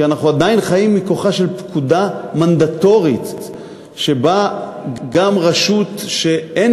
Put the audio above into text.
כי אנחנו עדיין חיים מכוחה של פקודה מנדטורית שבה גם רשות שאין